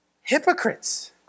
hypocrites